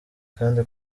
kandi